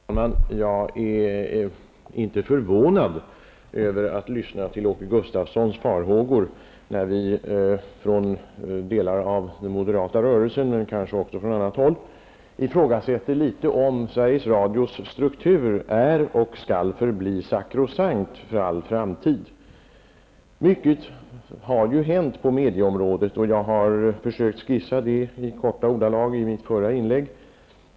Herr talman! Jag är inte förvånad över att lyssna till Åke Gustavssons farhågor när vi från en del av den moderata rörelsen, kanske även från andra håll, ifrågasätter om Sveriges Radios struktur är och skall bli sakrosankt för all framtid. Mycket har ju hänt på medieområdet. Jag har försökt skissera det i korta ordalag i mitt förra inlägg.